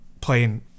playing